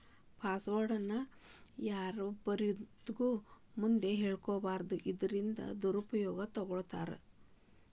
password ನ ಯಾರ್ಬೇಕಾದೊರ್ ಮುಂದ ಹೆಳ್ಬಾರದು ಇಲ್ಲನ್ದ್ರ ದುರುಪಯೊಗ ಮಾಡ್ಕೊತಾರ